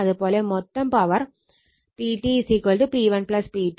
അതുപോലെ മൊത്തം power PT P1 P2